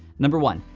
number one,